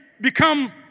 become